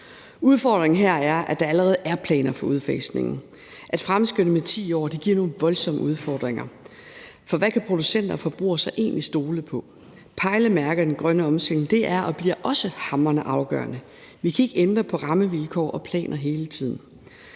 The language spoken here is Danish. Udfordringen her er, at der allerede er planer for udfasningen. At fremskynde det med 10 år giver nogle voldsomme udfordringer. For hvad kan producenter og forbrugere så egentlig stole på? Pejlemærkerne i den grønne omstilling er og bliver også hamrende afgørende. Vi kan ikke ændre på rammevilkår og planer hele tiden,